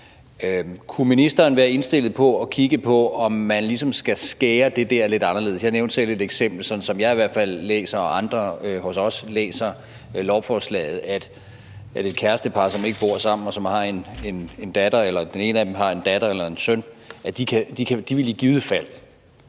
Kunne ministeren være indstillet på at kigge på, om man ligesom skal skære det der lidt anderledes? Jeg nævnte selv et eksempel, sådan som jeg og andre hos os i hvert fald læser lovforslaget, om et kærestepar, som ikke bor sammen, og hvor den ene af dem har en datter eller en søn, og som i givet fald